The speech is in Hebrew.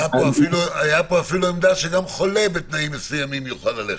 הייתה אפילו עמדה שגם חולה בתנאים מסוימים יוכל ללכת.